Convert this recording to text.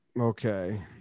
Okay